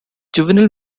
juvenile